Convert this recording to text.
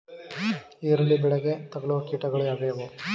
ಈರುಳ್ಳಿ ಬೆಳೆಗೆ ತಗಲುವ ಕೀಟಗಳು ಯಾವುವು?